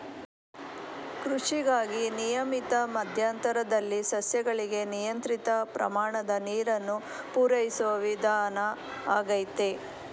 ಕೃಷಿಗಾಗಿ ನಿಯಮಿತ ಮಧ್ಯಂತರದಲ್ಲಿ ಸಸ್ಯಗಳಿಗೆ ನಿಯಂತ್ರಿತ ಪ್ರಮಾಣದ ನೀರನ್ನು ಪೂರೈಸೋ ವಿಧಾನ ಆಗೈತೆ